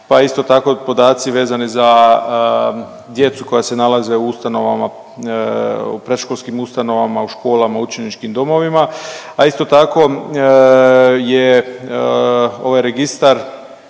pa isto tako, podaci vezani za djecu koja se nalaze u ustanovama, u predškolskim ustanovama, u školama, učeničkim domovima, a isto tako je ovaj Registar